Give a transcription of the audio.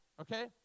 Okay